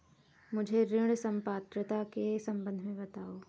मुझे ऋण पात्रता के सम्बन्ध में बताओ?